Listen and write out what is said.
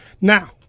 Now